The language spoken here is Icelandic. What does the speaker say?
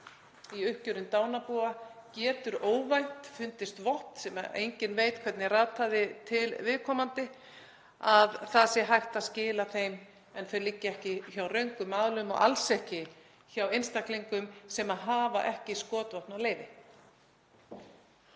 í uppgjörum dánarbúa finnst óvænt vopn sem enginn veit hvernig rataði til viðkomandi, að það sé hægt að skila þeim en þau liggi ekki hjá röngum aðilum og alls ekki hjá einstaklingum sem hafa ekki skotvopnaleyfi.